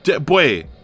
Boy